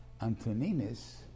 Antoninus